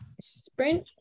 Sprint